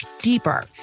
deeper